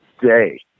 day